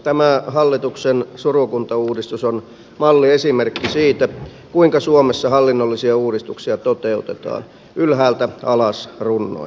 tämä hallituksen surukuntauudistus on malliesimerkki siitä kuinka suomessa hallinnollisia uudistuksia toteutetaan ylhäältä alas runnoen